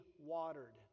watered